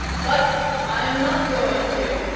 but i'm not going to,